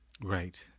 Right